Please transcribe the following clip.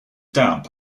damp